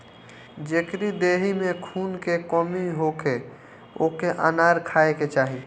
जेकरी देहि में खून के कमी होखे ओके अनार खाए के चाही